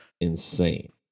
insane